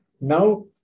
Now